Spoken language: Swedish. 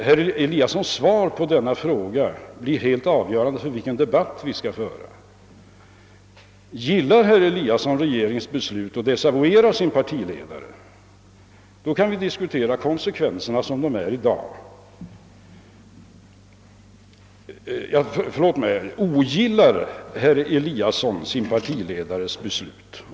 Herr Eliassons svar på denna fråga blir helt avgörande för vilken debatt vi här skall föra. Ogil Jar herr Eliasson sin partiledares beslut, .